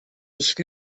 nicht